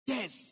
Yes